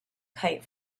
kite